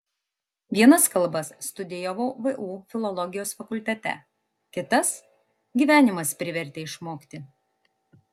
vienas kalbas studijavau vu filologijos fakultete kitas gyvenimas privertė išmokti